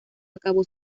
acabó